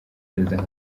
perezida